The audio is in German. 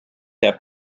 herr